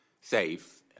safe